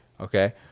okay